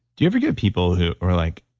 do you ever get people who are like,